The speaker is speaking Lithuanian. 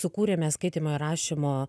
sukūrėme skaitymo ir rašymo